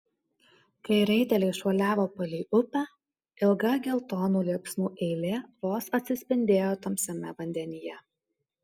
kai raiteliai šuoliavo palei upę ilga geltonų liepsnų eilė vos atsispindėjo tamsiame vandenyje